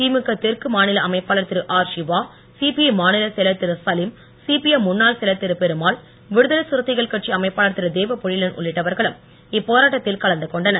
திமுக தெற்கு மாநில அமைப்பாளர் திரு எஸ் சிவா சிபிஐ மாநிலச் செயலர் திரு சலீம் சிபிஎம் முன்னாள் செயலர் திரு பெருமாள் விடுதலை சிறுத்தைகள் கட்சி அமைப்பாளர் திரு தேவபொழிலன் உள்ளிட்டவர்களும் இப்போராட்டத்தில் கலந்து கொண்டனர்